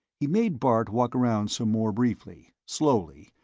he made bart walk around some more briefly, slowly,